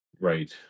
Right